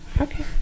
Okay